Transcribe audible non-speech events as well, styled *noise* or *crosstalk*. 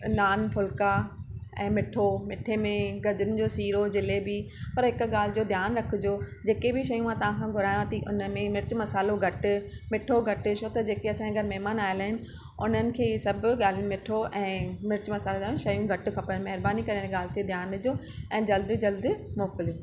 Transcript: नान फुल्का ऐं मिठो मिठे में गजरुनि जो सीरो जलेबी पर हिकु ॻाल्हि जो ध्यानु रखिजो जेके बि शयूं मां तव्हां खां घुरायां ही हुन में मिर्चु मसालो घटि मिठो घटि छो त जेके असाजे घरु महिमान आहिनि आहिनि उन्हनि खे इहे सभु *unintelligible* मिठो ऐं मिर्चु मसालेदार शयूं घटि खपनि महिरबानी करे हिन ॻाल्हि ते ध्यानु ॾिजो ऐं जल्द जल्द मोकिलियो